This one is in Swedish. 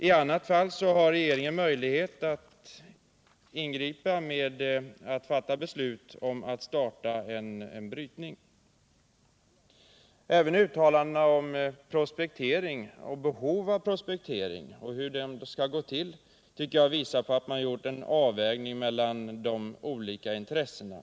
I annat fall har regeringen möjlighet att fatta beslut om att starta en brytning. Även uttalandena om behov av prospektering och hur den skall gå till tycker jag visar att man gjort en bra avvägning mellan de olika intressena.